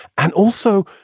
and also,